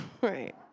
Right